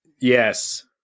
yes